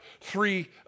three